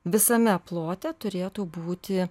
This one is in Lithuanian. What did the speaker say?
visame plote turėtų būti